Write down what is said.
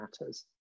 Matters